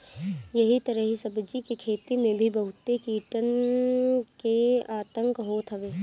एही तरही सब्जी के खेती में भी बहुते कीटन के आतंक होत हवे